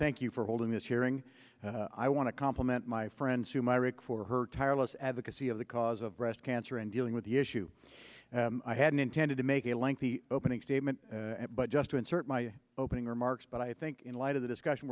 thank you for holding this hearing i want to compliment my friend sue myrick for her tireless advocacy of the cause of breast cancer and dealing with the issue i hadn't intended to make a lengthy opening statement but just to insert my opening remarks but i think in light of the discussion